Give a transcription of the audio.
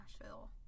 nashville